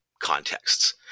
contexts